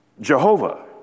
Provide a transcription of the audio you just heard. Jehovah